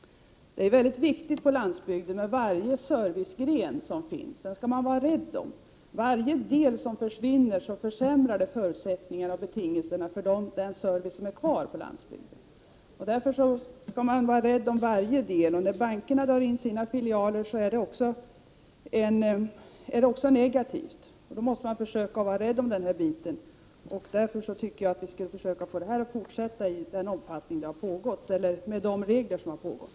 Varje servicegren som finns på landsbygden är viktig. Man skall vara rädd om servicen. Varje del som försvinner försämrar förutsättningarna och betingelserna för den service som finns kvar på landsbygden. Därför skall man vara rädd om varje del av servicen. När bankerna drar in sina filialer är det negativt. Jag tycker därför att vi skulle försöka få till stånd en fortsättning av denna verksamhet med de regler som har gällt tidigare.